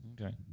Okay